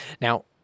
Now